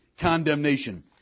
condemnation